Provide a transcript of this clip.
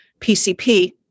PCP